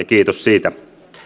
kiitos siitä